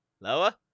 Lower